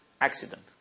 accident